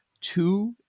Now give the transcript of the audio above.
two